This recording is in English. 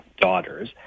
daughters